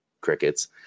crickets